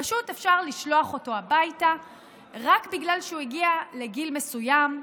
פשוט אפשר לשלוח אותו הביתה רק בגלל שהוא הגיע לגיל מסוים,